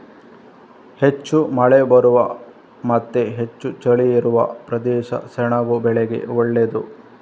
ಹೆಚ್ಚು ಮಳೆ ಬರುವ ಮತ್ತೆ ಹೆಚ್ಚು ಚಳಿ ಇರುವ ಪ್ರದೇಶ ಸೆಣಬು ಬೆಳೆಗೆ ಒಳ್ಳೇದು